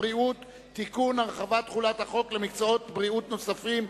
הבריאות (תיקון) (הרחבת תחולת החוק למקצועות בריאות נוספים),